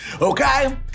okay